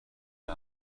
شده